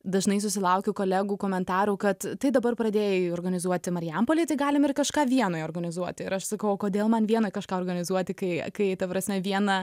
dažnai susilaukiu kolegų komentarų kad tai dabar pradėjai organizuoti marijampolėj tai galim ir kažką vienoje organizuoti ir aš sakau kodėl man vienoj kažką organizuoti kai kai ta prasme viena